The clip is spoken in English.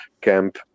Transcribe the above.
camp